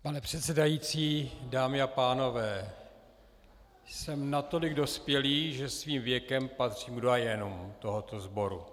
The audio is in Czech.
Pane předsedající, dámy a pánové, jsem natolik dospělý, že svým věkem patřím k doyenům tohoto sboru.